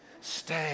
Stay